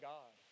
God